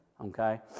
Okay